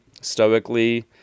stoically